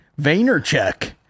Vaynerchuk